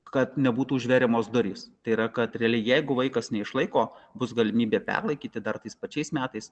kad nebūtų užveriamos durys tai yra kad realiai jeigu vaikas neišlaiko bus galimybė perlaikyti dar tais pačiais metais